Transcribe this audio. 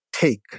take